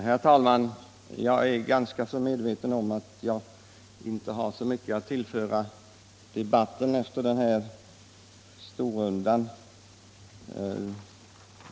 Herr talman! Jag är ganska medveten om att jag inte har så mycket att tillföra debatten efter den här storrundan.